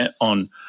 on